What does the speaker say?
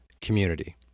community